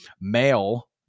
male